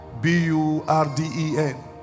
b-u-r-d-e-n